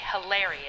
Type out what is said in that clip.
hilarious